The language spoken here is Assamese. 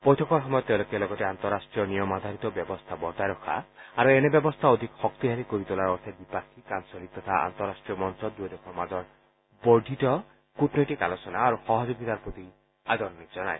বৈঠকৰ সময়ত তেওঁলোকে লগতে আন্তঃৰাষ্ট্ৰীয় নিয়ম আধাৰিত ব্যৱস্থা বৰ্তাই ৰখা আৰু এনে ব্যৱস্থা অধিক শক্তিশালী কৰি তোলাৰ অৰ্থে দ্বিপাক্ষিক আঞ্চলিক তথা আন্তঃৰাষ্ট্ৰীয় মঞ্চত দূয়ো দেশৰ মাজৰ বৰ্ধিত কূটনৈতিক আলোচনা আৰু সহযোগিতাৰ প্ৰতি আদৰণি জনায়